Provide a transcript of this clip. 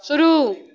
शुरू